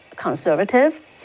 Conservative